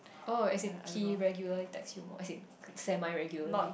oh as in he regularly text you more as in semi regularly